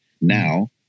now